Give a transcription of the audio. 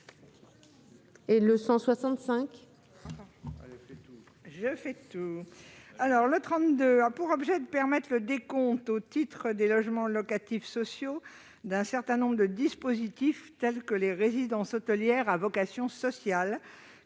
Catherine Procaccia. Cet amendement a pour objet de permettre le décompte, au titre des logements locatifs sociaux, d'un certain nombre de dispositifs tels que les résidences hôtelières à vocation sociale,